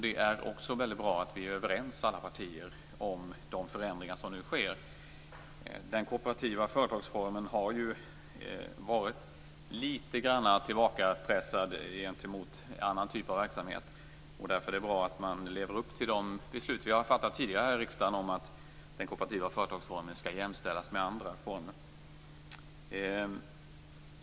Det är också väldigt bra att alla partier är överens om de förändringar som nu sker. Den kooperativa företagsformen har varit litet grand tillbakapressad gentemot annan typ av verksamhet, och därför är det bra att man lever upp till de beslut vi har fattat tidigare här i riksdagen om att den kooperativa företagsformen skall jämställas med andra former.